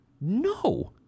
No